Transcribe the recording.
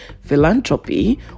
philanthropy